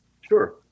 Sure